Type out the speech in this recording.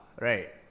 Right